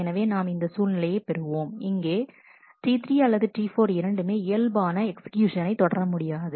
எனவே நாம் இந்த சூழ்நிலையை பெறுவோம் அங்கே T3 அல்லது T4 இரண்டுமே இயல்பான எக்ஸிகியூசனை தொடர முடியாது